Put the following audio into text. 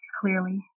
clearly